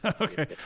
Okay